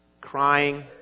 Crying